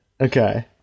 Okay